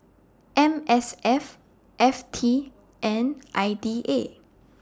M S F F T and I D A